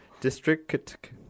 District